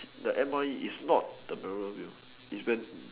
the M_R_E is not the memorable meal is when